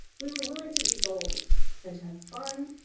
we were willing to be bold and to have fun.